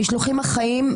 המשלוחים החיים,